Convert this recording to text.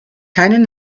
keinen